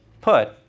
put